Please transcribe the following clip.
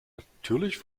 natürlich